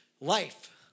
Life